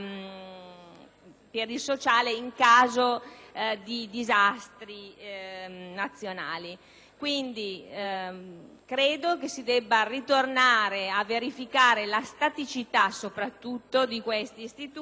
ambito sociale in caso di disastri nazionali. Ritengo quindi che si debba ritornare a verificare la staticità, soprattutto, di questi istituti.